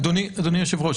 אדוני היושב-ראש,